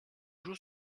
joue